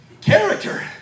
Character